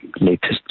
latest